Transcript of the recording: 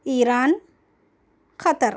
Iran Qatar